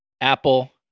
Apple